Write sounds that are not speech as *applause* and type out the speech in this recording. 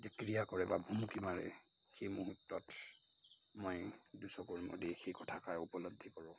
*unintelligible* ক্ৰিয়া কৰে বা ভুমুকি মাৰে সেই মুহূৰ্তত মই দুচকু মুদি সেই কথাষাৰ উপলব্ধি কৰোঁ